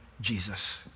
Jesus